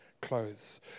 clothes